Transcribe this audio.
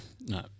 No